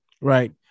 Right